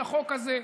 היא החוק הזה.